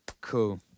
cool